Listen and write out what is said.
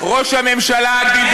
הגשתי.